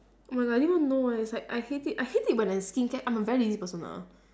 oh my god I didn't even know eh it's like I hate it I hate it when the skincare I'm a very lazy person ah